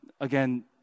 again